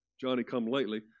Johnny-come-lately